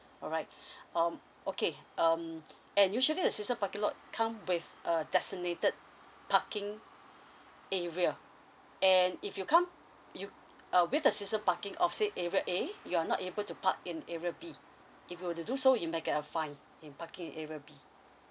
alright um okay um and usually the season parking lot come with a designated parking area and if you come you uh with the season parking of said area A you're not able to park in area B if you were to do so you may get a fine in parking area B